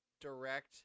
Direct